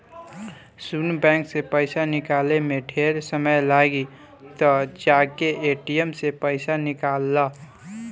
सुन बैंक से पइसा निकाले में ढेरे समय लागी त जाके ए.टी.एम से पइसा निकल ला